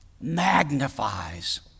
magnifies